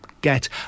get